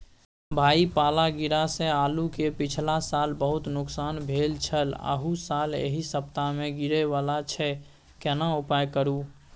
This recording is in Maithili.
भाई पाला गिरा से आलू के पिछला साल बहुत नुकसान भेल छल अहू साल एहि सप्ताह में गिरे वाला छैय केना उपाय करू?